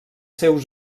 seus